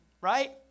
right